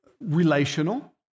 relational